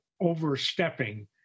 overstepping